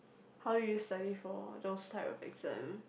how do you study for those type of exam